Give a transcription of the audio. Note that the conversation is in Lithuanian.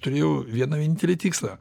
turėjau vieną vienintelį tikslą